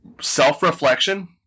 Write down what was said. self-reflection